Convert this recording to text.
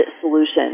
solution